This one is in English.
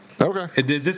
Okay